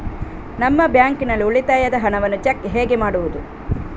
ನಮ್ಮ ಬ್ಯಾಂಕ್ ನಲ್ಲಿ ಉಳಿತಾಯದ ಹಣವನ್ನು ಚೆಕ್ ಹೇಗೆ ಮಾಡುವುದು?